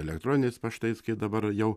elektroniniais paštais kai dabar jau